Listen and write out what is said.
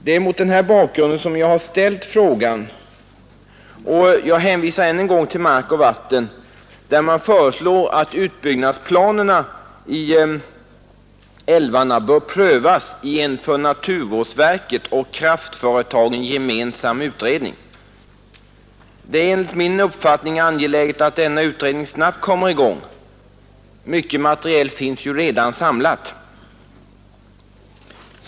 Det är mot den här bakgrunden som jag har ställt frågan, och jag hänvisar än en gång till ”Hushållning med mark och vatten”, där man föreslår att utbyggnadsplanerna i älvarna prövas i en för naturvårdsverket och kraftföretagen gemensam utredning. Det är enligt min uppfattning angeläget att denna utredning snabbt kommer i gång. Mycket material finns ju redan samlat.